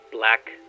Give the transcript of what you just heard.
Black